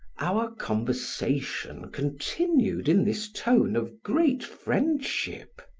our conversation continued in this tone of great friendship.